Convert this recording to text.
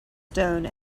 stone